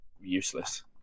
useless